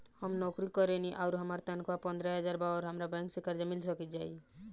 हम नौकरी करेनी आउर हमार तनख़ाह पंद्रह हज़ार बा और हमरा बैंक से कर्जा मिल जायी?